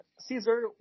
Caesar